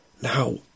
Now